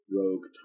rogue